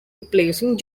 replacing